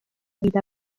vita